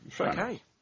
Okay